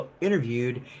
interviewed